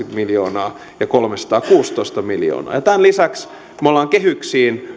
kaksisataakahdeksankymmentä miljoonaa ja kolmesataakuusitoista miljoonaa tämän lisäksi olemme kehyksiin